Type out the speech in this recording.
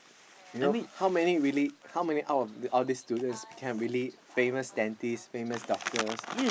you know how many really how many out out of these students become really famous dentist famous doctors